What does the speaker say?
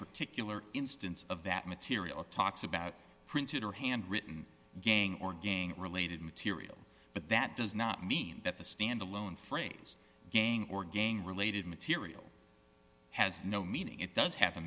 particular instance of that material talks about printed or handwritten gang or gang related material but that does not mean that the stand alone phrase gang or gang related material has no meaning it does have a